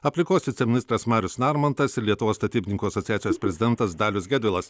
aplinkos viceministras marius narmontas ir lietuvos statybininkų asociacijos prezidentas dalius gedvilas